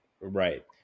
Right